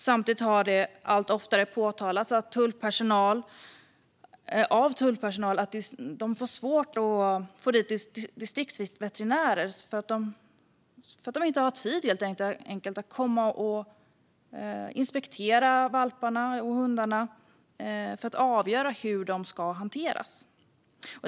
Samtidigt har det allt oftare påtalats av tullpersonal att de har svårt att få dit distriktsveterinärer för att dessa helt enkelt inte har tid att komma och inspektera valparna och hundarna för att avgöra hur de ska hanteras.